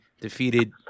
defeated